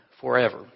forever